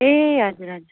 ए हजुर हजुर